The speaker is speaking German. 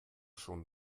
schon